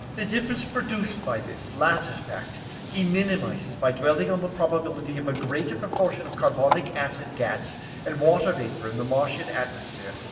the difference produced by this latter fact he minimises by dwelling on the probability of a greater proportion of carbonic-acid gas and water-vapour in the martian atmosphere,